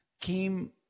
came